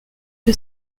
que